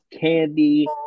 candy